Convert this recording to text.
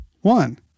one